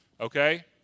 okay